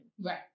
Right